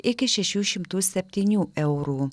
iki šešių šimtų septynių eurų